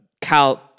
cal